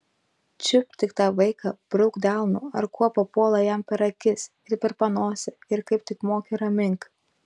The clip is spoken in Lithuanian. čiupk tik tą vaiką brauk delnu ar kuo papuola jam per akis ir per panosę ir kaip tik moki ramink